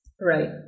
Right